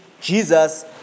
Jesus